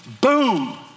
Boom